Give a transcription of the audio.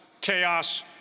chaos